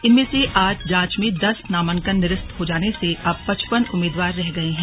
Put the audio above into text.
इनमें से आज जांच में दस नामांकन निरस्त हो जाने से अब पचपन उम्मीदवार रह गए हैं